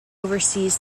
oversees